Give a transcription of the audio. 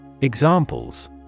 Examples